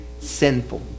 sinful